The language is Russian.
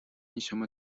несем